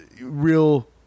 real